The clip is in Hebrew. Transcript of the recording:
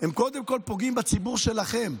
הם קודם כול פוגעים בציבור שלכם,